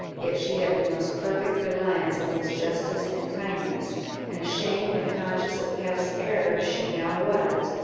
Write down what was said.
yet she had the most perfect reliance on his justice and kindness and ashamed and conscious of past error as she now was,